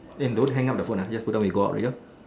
and don't hang up the phone ah just put down when you go out ya